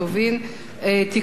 (תיקון מס' 2),